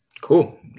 Cool